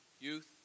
Youth